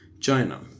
China